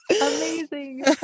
amazing